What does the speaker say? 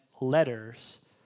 letters